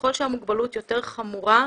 וככל שהמוגבלות יותר חמורה,